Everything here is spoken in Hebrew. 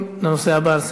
תודה רבה, אדוני השר.